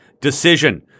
decision